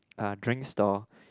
uh drink stall